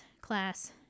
class